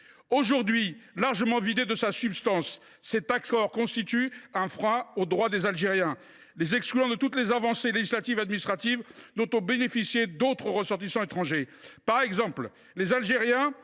Aujourd’hui, largement vidé de sa substance, l’accord constitue un frein aux droits des Algériens, les excluant de toutes les avancées législatives et administratives dont ont bénéficié d’autres ressortissants étrangers. Par exemple, les Algériens